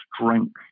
strength